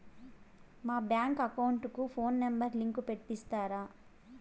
మా bank account కు phone number link పెట్టి ఇస్తారా?